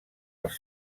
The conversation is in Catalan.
els